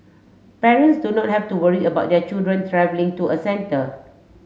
parents do not have to worry about their children travelling to a centre